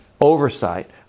oversight